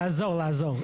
לעזור, לעזור.